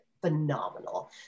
phenomenal